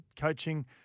coaching